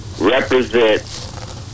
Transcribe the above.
represent